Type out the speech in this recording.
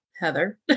Heather